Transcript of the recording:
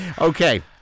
okay